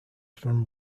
from